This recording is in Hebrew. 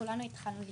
וכולנו התחלנו לבכות.